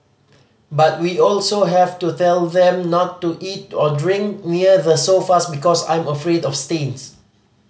but we also have to tell them not to eat or drink near the sofas because I'm afraid of stains